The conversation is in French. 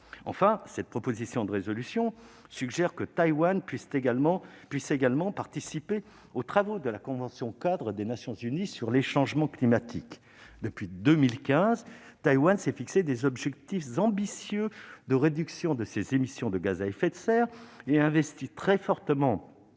Enfin, les auteurs du texte suggèrent que Taïwan puisse également participer aux travaux de la Convention-cadre des Nations unies sur les changements climatiques. Depuis 2015, Taïwan s'est fixé des objectifs ambitieux en matière de réduction de ses émissions de gaz à effet de serre. Le pays investit beaucoup